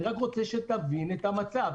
אני רק רוצה שתבין את המצב.